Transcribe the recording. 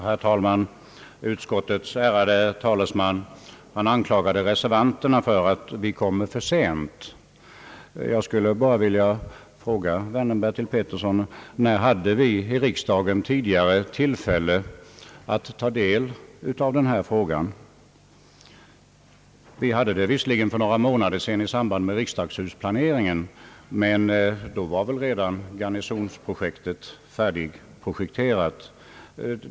Herr talman! Utskottets ärade talesman anklagar oss reservanter för att komma för sent. Jag skulle bara vilja fråga vännen Bertil Petersson: När hade vi i riksdagen tidigare tillfälle att ta del av denna fråga? Vi hade det visserligen för några månader sedan i samband med diskussionen om riksdagshusplaneringen, men då var väl redan kvarteret Garnisonen färdigprojekterat.